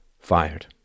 fired